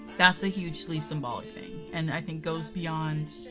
that's a hugely symbolic thing. and i think goes beyond